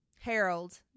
Harold